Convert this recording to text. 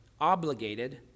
obligated